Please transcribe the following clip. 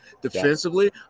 defensively